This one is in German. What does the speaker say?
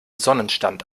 sonnenstand